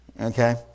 Okay